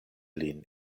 lin